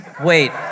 Wait